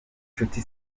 nshuti